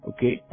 Okay